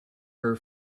her